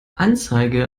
anzeige